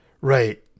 Right